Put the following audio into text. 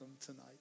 tonight